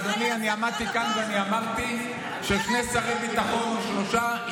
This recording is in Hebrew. אדוני: עמדתי כאן ואמרתי ששני שרי ביטחון או שלושה,